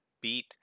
beat